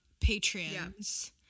Patreons